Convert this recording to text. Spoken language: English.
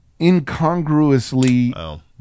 incongruously